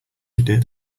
did